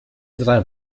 drei